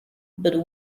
but